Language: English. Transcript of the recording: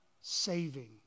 saving